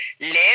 live